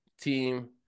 team